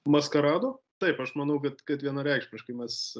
maskarado taip aš manau bet kad vienareikšmiškai mes